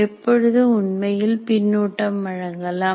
எப்பொழுது உண்மையில் பின்னூட்டம் வழங்கலாம்